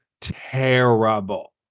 terrible